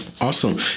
Awesome